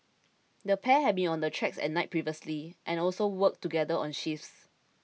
the pair had been on the tracks at night previously and also worked together on shifts